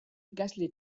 ikasle